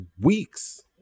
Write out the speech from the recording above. weeks